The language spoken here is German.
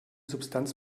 substanz